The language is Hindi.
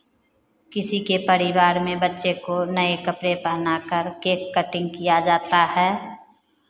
किसी के परिवार में बच्चे को नये कपड़े पहना कर केक कटिंग किया जाता है